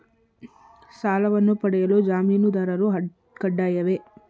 ಸಾಲವನ್ನು ಪಡೆಯಲು ಜಾಮೀನುದಾರರು ಕಡ್ಡಾಯವೇ?